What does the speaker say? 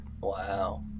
Wow